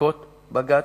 פסיקות בג"ץ,